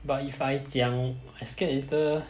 but if I 讲 I scared later